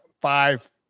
five